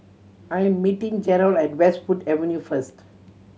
I am meeting Jerold at Westwood Avenue first